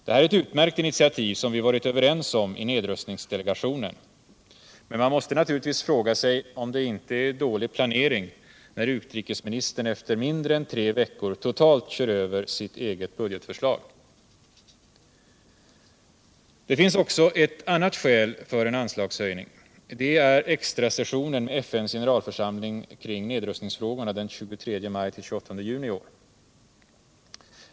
Det är ett utmärkt initiativ som vi varit överens om i nedrustningsdelegationen. Men man måste naturligtvis fråga sig om det inte är dålig planering när utrikesministern efter mindre än tre veckor totalt kör över sitt eget budgetförslag. Det finns också ett annat skäl för en anslagshöjning. Det är extrasessionen med FN:s generalförsamling kring nedrustningsfrågorna den 23 maj — 28 juni i år.